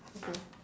thank you